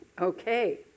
Okay